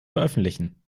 veröffentlichen